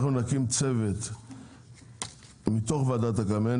אנחנו נקים צוות מתוך ועדת הכלכלה,